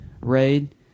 raid